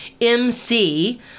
MC